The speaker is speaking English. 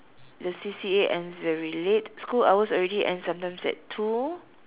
the C_C_A ends very late school hours already ends sometimes at two